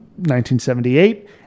1978